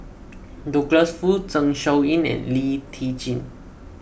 Douglas Foo Zeng Shouyin and Lee Tjin